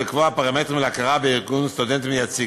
ולקבוע פרמטרים להכרה בארגון סטודנטים יציג.